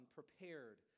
prepared